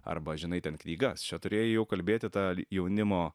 arba žinai ten knygas čia turėjai jau kalbėti ta jaunimo